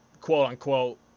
quote-unquote